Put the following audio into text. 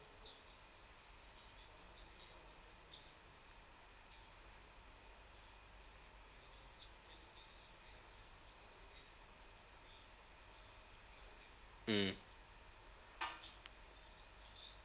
mm